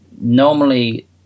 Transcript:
normally